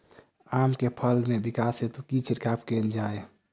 आम केँ फल केँ विकास हेतु की छिड़काव कैल जाए?